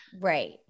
right